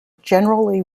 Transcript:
generally